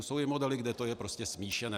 Jsou i modely, kde je to prostě smíšené.